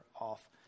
off